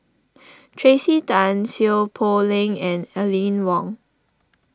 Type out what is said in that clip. Tracey Tan Seow Poh Leng and Aline Wong